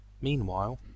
Meanwhile